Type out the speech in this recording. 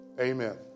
Amen